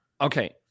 Okay